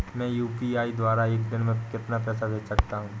मैं यू.पी.आई द्वारा एक दिन में कितना पैसा भेज सकता हूँ?